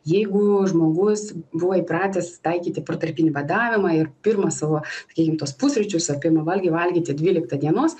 jeigu žmogus buvo įpratęs taikyti protarpinį badavimą ir pirmą savo sakykim tuos pusryčius ar pirmą valgį valgyti dvyliktą dienos